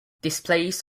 displays